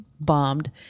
bombed